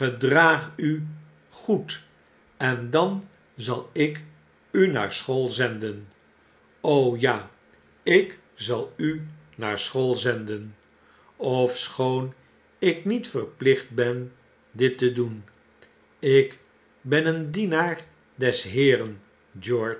draag u goed en dan zal ik u naar school zenden ja ik zal u naar school zenden ofschoon ik niet verplicht ben dit te doen ik ben een dienaar des heeren